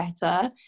better